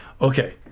okay